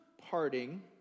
parting